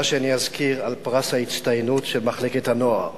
שאני אזכיר את פרס ההצטיינות של מחלקת הנוער,